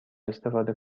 استفاده